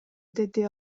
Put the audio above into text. деди